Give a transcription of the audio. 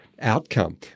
outcome